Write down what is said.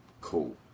Cool